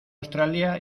australia